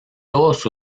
todos